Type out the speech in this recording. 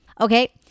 Okay